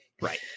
Right